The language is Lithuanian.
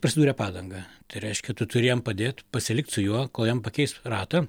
prasidūrė padangą tai reiškia tu turi jam padėt pasilikt su juo kol jam pakeis ratą